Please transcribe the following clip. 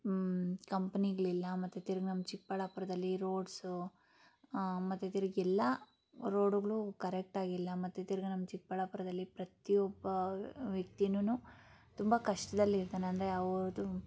ಕಂಪ್ನಿಗಳಿಲ್ಲ ಮತ್ತು ತಿರ್ಗಿ ನಮ್ಮ ಚಿಕ್ಕಬಳ್ಳಾಪುರದಲ್ಲಿ ರೋಡ್ಸು ಮತ್ತು ತಿರ್ಗಿ ಎಲ್ಲ ರೋಡುಗಳು ಕರೆಕ್ಟ್ ಆಗಿಲ್ಲ ಮತ್ತು ತಿರ್ಗಿ ನಮ್ಮ ಚಿಕ್ಕಬಳ್ಳಾಪುರದಲ್ಲಿ ಪ್ರತಿಯೊಬ್ಬ ವ್ಯಕ್ತಿನೂ ತುಂಬ ಕಷ್ಟದಲ್ಲಿ ಇರ್ತಾನೆ ಅಂದರೆ ಅವ್ರದ್ದು